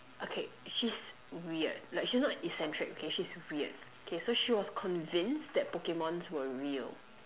okay she's weird like she's not eccentric okay she's weird okay so she was convinced that Pokemon's were real